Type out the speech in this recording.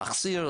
להחסיר,